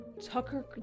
Tucker